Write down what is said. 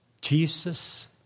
Jesus